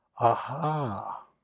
Aha